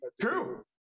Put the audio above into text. True